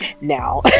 Now